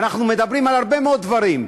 אנחנו מדברים על הרבה מאוד דברים.